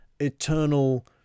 eternal